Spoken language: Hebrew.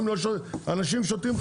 אנשים שותים,